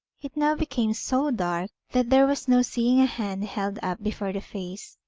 it now became so dark that there was no seeing a hand held up before the face,